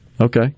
okay